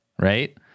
right